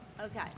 Okay